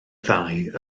ddau